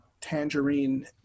Tangerine